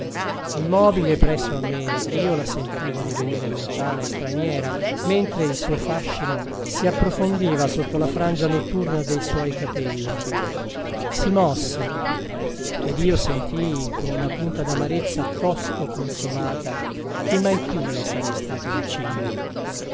immobile presso a me io la sentivo divenire lontana e straniera mentre il suo fascino si approfondiva sotto la frangia notturna dei suoi capelli si mosse ed io sentii con una punta d'amarezza tosto consolata che mai più le sarei stato vicino